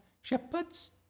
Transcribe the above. Shepherds